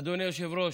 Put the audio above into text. אדוני היושב-ראש,